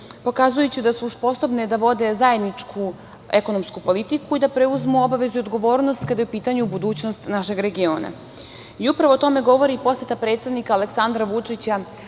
pokazujući da su sposobne da vode zajedničku ekonomsku politiku i da preuzmu obaveze i odgovornost kada je u pitanju budućnost našeg regiona. Upravo o tome govori poseta predsednika Aleksandra Vučića